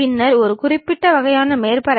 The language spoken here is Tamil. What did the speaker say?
எனவே ஒரு படத்தை குறிக்க எந்த எறியம் நல்லது